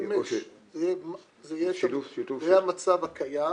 זה המצב הקיים,